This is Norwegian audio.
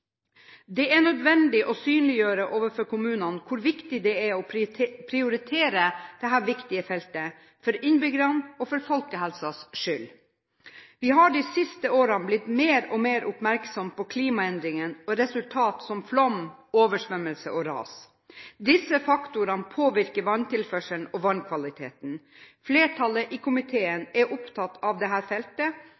Det er nødvendig å synliggjøre overfor kommunene hvor viktig det er å prioritere dette viktige feltet, for innbyggerne og folkehelsens skyld. Vi har de siste årene blitt mer og mer oppmerksom på klimaendringene og resultater som flom, oversvømmelser og ras. Disse faktorene påvirker vanntilførselen og vannkvaliteten. Flertallet i komiteen